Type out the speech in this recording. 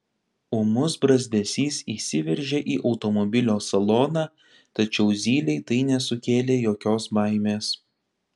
ūmus brazdesys įsiveržė į automobilio saloną tačiau zylei tai nesukėlė jokios baimės